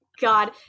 God